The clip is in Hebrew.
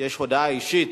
יש הודעה אישית.